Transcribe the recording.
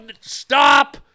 Stop